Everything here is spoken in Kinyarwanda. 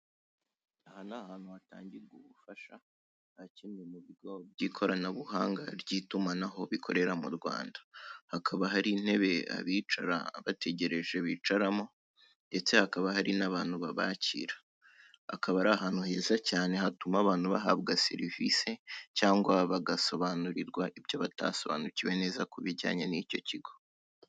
Aha ni ahantu hatangirwa ubufasha, ha kimwe mu bigo by'ikoranabuhanga ry'itumanaho bikorera mu Rwanda; hakaba hari intebe abicara bategereje bicaramo; ndetse hakaba hari n'abantu babakira. Akaba ari ahantu heza cyane hatuma abantu bahabwa serivisi cyangwa bagasobanurirwa ibyo batasobanukiwe neza ku bijyanye n'icyo kigo.